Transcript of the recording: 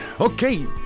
Okay